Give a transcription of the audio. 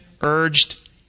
urged